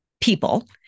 people